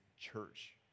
church